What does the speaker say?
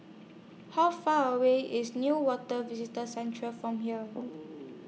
How Far away IS Newater Visitor Centre from here